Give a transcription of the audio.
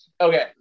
okay